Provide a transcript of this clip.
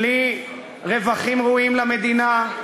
בלי רווחים ראויים למדינה,